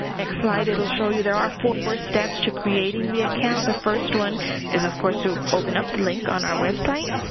next slide it will show you there are four four steps to creating the account. the first one is of course to ah open up the link on our website.